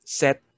set